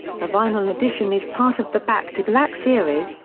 the vinyl edition is part of the back to black series,